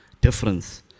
difference